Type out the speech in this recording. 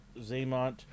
Zaymont